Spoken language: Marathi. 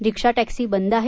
रिक्षा टॅक्सी बंद आहेत